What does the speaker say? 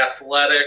athletic